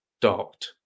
docked